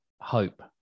hope